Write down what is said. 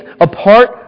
apart